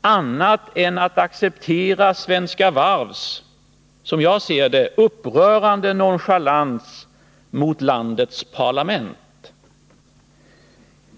annat än att acceptera Svenska Varvs, som jag ser det, upprörande nonchalans mot landets parlament?